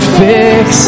fix